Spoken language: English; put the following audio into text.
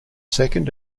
second